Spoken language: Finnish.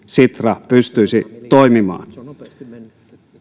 sitra pystyisi toimimaan